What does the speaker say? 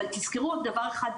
אבל תזכרו רק דבר אחד,